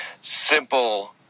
simple